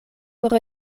por